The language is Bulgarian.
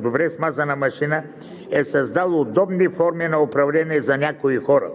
добре смазана машина е създал удобни форми и практики на управление за някои хора,